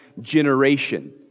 generation